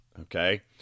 okay